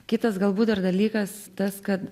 kitas galbūt dar dalykas tas kad